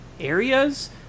areas